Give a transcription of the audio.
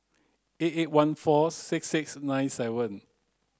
eight eight one four six six nine seven